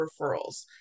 referrals